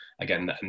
again